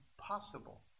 possible